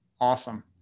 Awesome